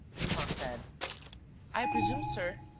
lupin said i presume, sir,